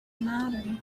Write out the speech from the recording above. matter